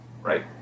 Right